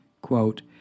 Quote